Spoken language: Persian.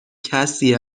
کسی